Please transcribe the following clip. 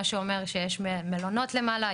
מה שאומר שיש מלונות למעלה,